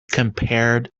compared